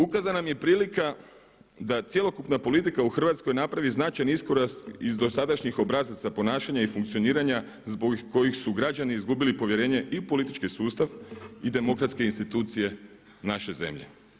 Ukazana vam je prilika da cjelokupna politika u Hrvatskoj napravi značajan iskorak iz dosadašnjih obrazaca ponašanja i funkcioniranja zbog kojih su građani izgubili povjerenje i u politički sustav i demokratske institucije naše zemlje.